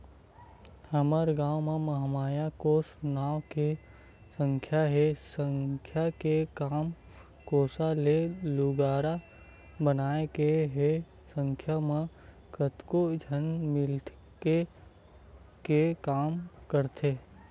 हमर गाँव म महामाया कोसा नांव के संस्था हे संस्था के काम कोसा ले लुगरा बनाए के हे संस्था म कतको झन मिलके के काम करथे